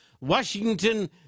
Washington